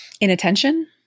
Inattention